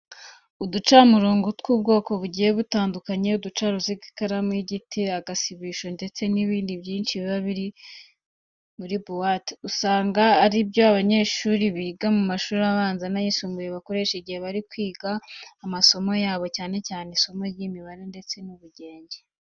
Uducamurongo tw'ubwoko bugiye butandukanye, uducaruziga, ikaramu y'igiti, agasibisho ndetse n'ibindi byinshi biba biri muri buwate, usanga ari byo abanyeshuri biga mu mashuri abanza n'ayisumbuye bakoresha igihe bari kwiga amasomo yabo cyane cyane isomo ry'imibare ndetse n'ubugenge.